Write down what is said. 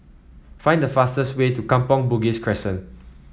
find the fastest way to Kampong Bugis Crescent